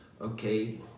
okay